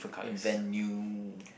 invent new